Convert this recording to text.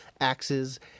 axes